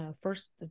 first